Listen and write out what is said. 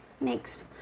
Next